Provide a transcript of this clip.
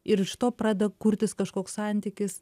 ir iš to pradeda kurtis kažkoks santykis